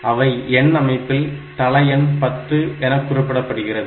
அவை எண் அமைப்பில் தளஎண் 10 என குறிப்பிடப்படுகிறது